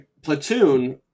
platoon